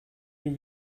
den